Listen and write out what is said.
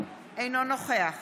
אינו נוכח